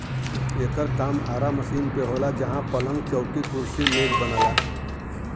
एकर काम आरा मशीन पे होला जहां पलंग, चौकी, कुर्सी मेज बनला